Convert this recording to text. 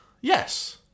Yes